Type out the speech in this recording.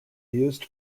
used